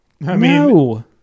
No